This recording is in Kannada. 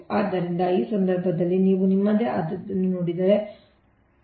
ಆದ್ದರಿಂದ ಆ ಸಂದರ್ಭದಲ್ಲಿ ನೀವು ನಿಮ್ಮದೇ ಆದದನ್ನು ನೋಡಿದರೆ ಒಬ್ಬರು ಏನು ಮಾಡಬಹುದು